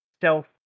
self